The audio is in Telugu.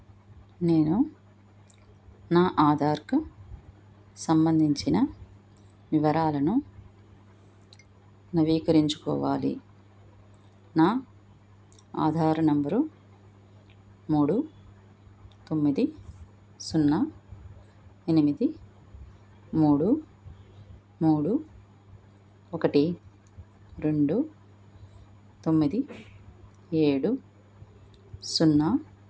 నేను నా ఆధార్కు సంబంధించిన వివరాలను నవీకరించుకోవాలి నా ఆధార నెంబర్ మూడు తొమ్మిది సున్నా ఎనిమిది మూడు మూడు ఒకటి రెండు తొమ్మిది ఏడు సున్నా